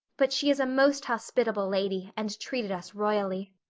but she is a most hospitable lady and treated us royally.